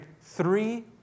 three